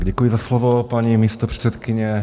Děkuji za slovo, paní místopředsedkyně.